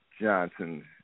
Johnson